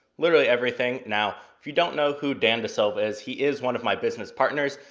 literally everything. now if you don't know who dan dasilva is, he is one of my business partners.